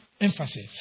emphasis